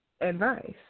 advice